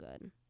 good